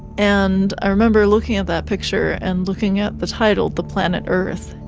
and i remember looking at that picture and looking at the title, the planet earth,